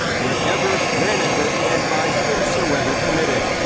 wherever, whenever, and by whom so ever committed.